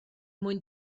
mwy